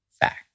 Fact